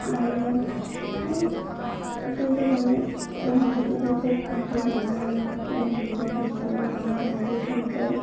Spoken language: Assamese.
আৰু মোৰ আচলতে মই ৰন্ধাৰ প্ৰতি খুব আগ্ৰহীয়ে মই ৰান্ধিব বিচাৰোঁ বা মই ৰান্ধি ভাল পাওঁ